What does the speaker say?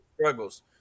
struggles